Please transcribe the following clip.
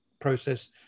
process